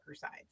sides